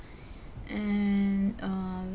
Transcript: and um